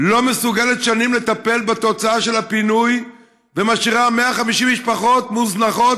לא מסוגלת שנים לטפל בתוצאה של הפינוי ומשאירה 150 משפחות מוזנחות,